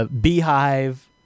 Beehive